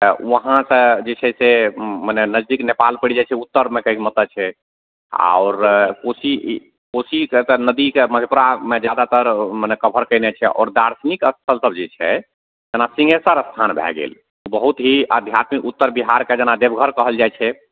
तऽ वहाँसे जे छै से मने नजदीक नेपाल पड़ि जाइ छै उत्तरमे कहैके मतलब छै आओर कोशी कोशीके तऽ नदीके मधेपुरामे जादातर मने कवर कएने छै आओर दार्शनिक स्थल सब जे छै जेना सिँहेश्वर अस्थान भए गेल बहुत ही आध्यात्मिक उत्तर बिहारके जेना देवघर कहल जाइ छै